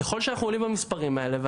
ככל שאנחנו עולים במספרים האלה,